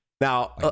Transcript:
Now